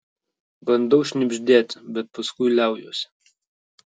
bandau šnibždėti bet paskui liaujuosi